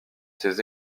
ces